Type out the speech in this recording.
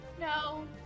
No